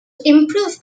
improve